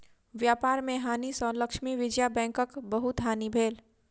व्यापार में हानि सँ लक्ष्मी विजया बैंकक बहुत हानि भेल